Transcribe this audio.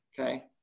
okay